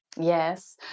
Yes